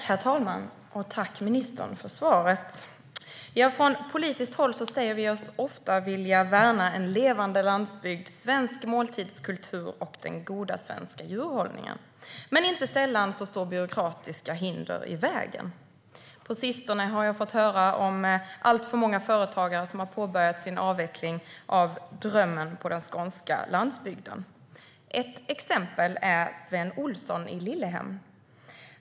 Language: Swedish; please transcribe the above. Herr talman! Tack, ministern, för svaret! Från politiskt håll säger vi oss ofta vilja värna en levande landsbygd, svensk måltidskultur och den goda svenska djurhållningen, men inte sällan står byråkratiska hinder i vägen. På sistone har jag fått höra om alltför många företagare som har påbörjat sin avveckling av drömmen på den skånska landsbygden. Ett exempel är Sven Olsson i Lillehem.